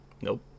Nope